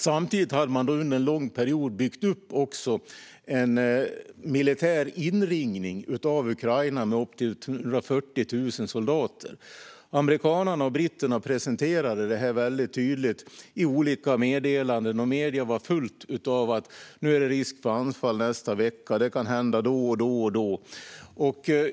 Samtidigt hade Ryssland under en lång period byggt upp en militär inringning av Ukraina med upp till 140 000 soldater. Amerikanerna och britterna presenterade det här väldigt tydligt i olika meddelanden, och medierna var fulla av att "nu är det risk för anfall nästa vecka; det kan hända då och då och då".